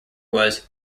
was